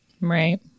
Right